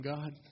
God